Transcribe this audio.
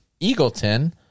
Eagleton